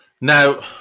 Now